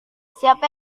siapa